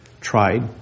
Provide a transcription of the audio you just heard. tried